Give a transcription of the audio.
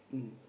mm